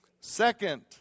Second